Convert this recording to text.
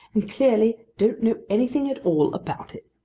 and clearly don't know anything at all about it.